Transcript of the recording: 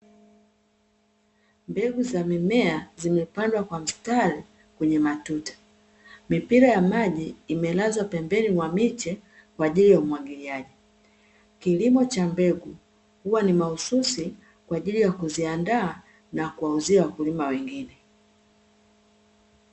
Mbegu za mimea zimepandwa kwa mstari kwenye matuta, mipirra ya maji imelazwa pembeni ya miche kwa ajili ya umwagiliaji. Kilimo cha mbegu huwa ni mahususi kwa ajili ya kuziandaa na kuwauzia wakulima wengine.